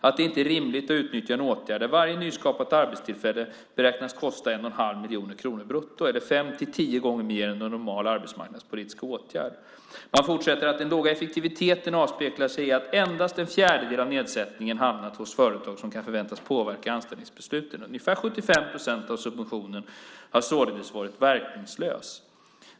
"Det är inte rimligt att utnyttja en åtgärd där varje nyskapat arbetstillfälle beräknas kosta ca 1,5 miljoner kronor brutto, eller 5-10 gånger mer än en normal arbetsmarknadspolitisk åtgärd." Man fortsätter: "Den låga effektiviteten avspeglar sig i att endast ca en fjärdedel av nedsättningen hamnat hos företag där den kan förväntas påverka anställningsbesluten. Ungefär 75 procent av subventionen har således varit verkningslös".